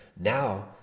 Now